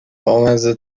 بامزه